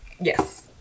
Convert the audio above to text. Yes